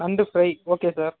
நண்டு fry okay sir